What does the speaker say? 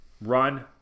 run